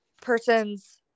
person's